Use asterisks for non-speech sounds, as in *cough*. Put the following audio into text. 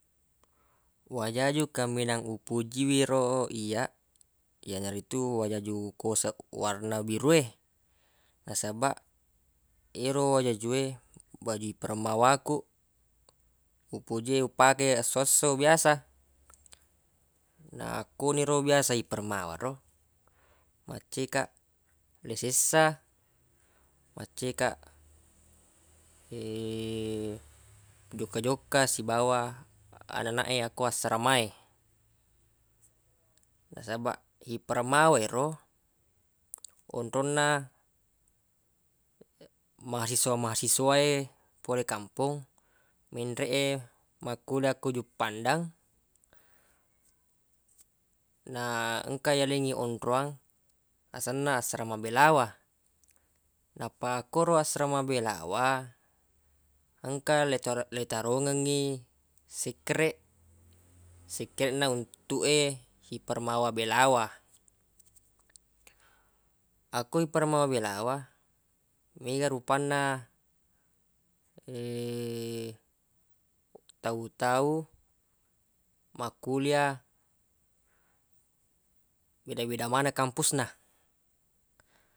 Wajaju kaminang upojie ro iyyaq yanaritu wajaju koseq warna biru e nasabaq yero wajaju e waju hipermawa ku upojie upake esso-esso biasa na akko ni ro biasa hipermawa ro macce kaq le sessa macce kaq *noise* *hesitation* jokka-jokka sibawa ananaq e akko assarama e nasabaq hipermawa ero onronna mahasiswa-mahasiswa e pole kampong menreq e makkulia ko juppandang *noise* na engka yalengngi onroang asenna asserama belawa nappa koro asrama belawa engka le- letarongengngi sekreq *noise* sekreq na untuq e hipermawa belawa akko hipermawa belawa mega rupanna *hesitation* tau-tau makkulia beda-beda maneng kampus na.